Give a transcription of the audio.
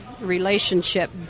relationship